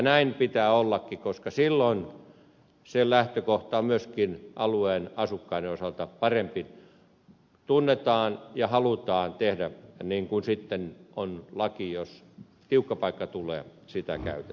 näin pitää ollakin koska silloin se lähtökohta on myöskin alueen asukkaiden osalta parempi tunnetaan ja halutaan tehdä niin kuin on laki ja jos tiukka paikka tulee niin sitä lakia käytetään